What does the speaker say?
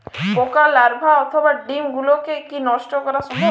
পোকার লার্ভা অথবা ডিম গুলিকে কী নষ্ট করা সম্ভব?